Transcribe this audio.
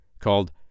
called